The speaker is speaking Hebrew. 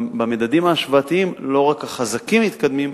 במדדים ההשוואתיים לא רק החזקים מתקדמים,